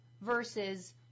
versus